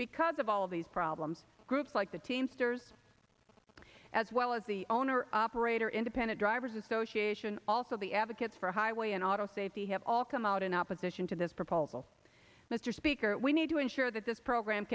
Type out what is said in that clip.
because of all these problems groups like the teamsters as well as the owner operator independent drivers association also the advocates for highway and auto safety have all come out in opposition to this proposal mr speaker we need to ensure that this program